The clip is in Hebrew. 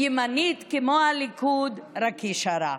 ימנית כמו הליכוד, רק ישרה.